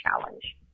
challenge